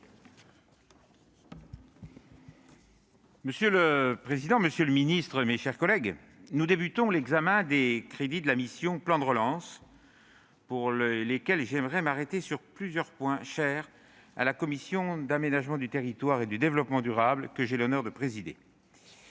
Monsieur le président, monsieur le ministre, mes chers collègues, nous débutons l'examen des crédits de la mission « Plan de relance » et j'aimerais m'arrêter sur plusieurs points chers à la commission de l'aménagement du territoire et du développement durable que j'ai l'honneur de présider.